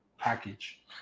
Package